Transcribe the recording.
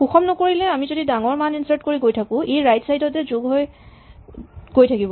সুষম নকৰিলে আমি যদি ডাঙৰ মান ইনচাৰ্ট কৰি গৈ থাকো ই ৰাইট চাইল্ড তে যোগ কৰি গৈ থাকিব